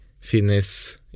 Fitness